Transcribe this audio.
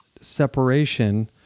separation